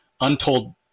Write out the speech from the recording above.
Untold